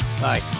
Bye